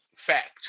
fact